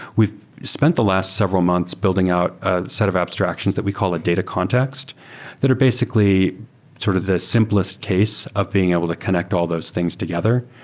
we've spent the last several months building out a set of abstractions that we call a data context that are basically sort of the simplest case of being able to connect all those things together.